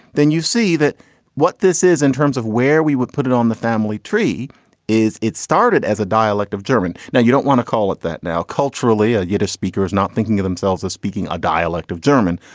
then you see that what this is in terms of where we would put it on the family tree is it started as a dialect of german. now you don't want to call it that. now, culturally, ah yiddish speakers not thinking of themselves as speaking a dialect of german,